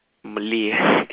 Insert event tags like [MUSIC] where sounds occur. malay [LAUGHS]